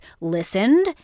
listened